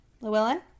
Llewellyn